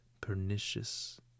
pernicious